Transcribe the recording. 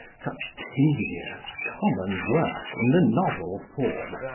such tedious, common work in the novel form,